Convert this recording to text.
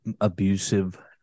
abusive